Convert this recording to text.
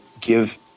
give